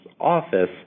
office